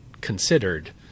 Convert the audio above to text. considered